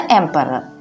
emperor